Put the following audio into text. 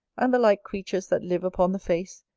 and the like creatures that live upon the face,